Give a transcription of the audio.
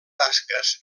tasques